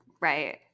Right